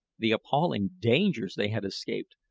the appalling dangers they had escaped,